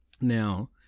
Now